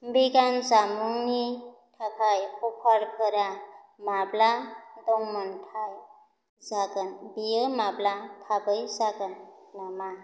भेगान जामुंनि थाखाय अफारफोरा माब्ला दंमोनथाय जागोन बियो माब्ला थाबै जागोन नामा